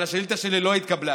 אבל השאילתה שלי לא התקבלה.